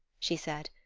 she said.